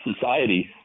society